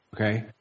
Okay